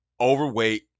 overweight